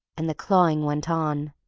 and the clawing went on,